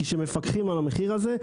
כי כשמפקחים על המחיר הזה,